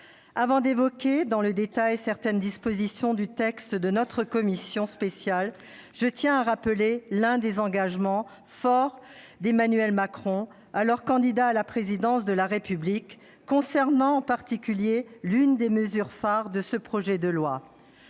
Avant d'évoquer dans le détail certaines dispositions du texte de notre commission spéciale, je tiens à rappeler l'un des engagements forts d'Emmanuel Macron, alors candidat à la présidence de la République, concernant, en particulier, l'une des mesures phares de ce projet de loi